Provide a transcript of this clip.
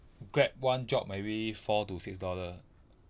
grab one job maybe four to six dollar